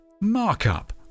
markup